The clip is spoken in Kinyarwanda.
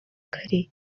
kare